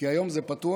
כי היום זה פתוח.